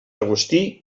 agustí